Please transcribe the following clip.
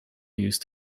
used